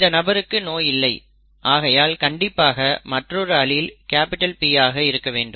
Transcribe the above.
இந்த நபருக்கு நோய் இல்லை ஆகையால் கண்டிப்பாக மற்றொரு அலீல் P ஆக இருக்க வேண்டும்